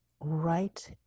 right